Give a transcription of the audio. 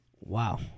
Wow